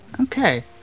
Okay